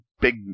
big